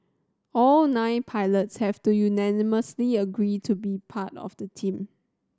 all nine pilots have to unanimously agree to be part of the team